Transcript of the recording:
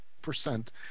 percent